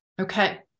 Okay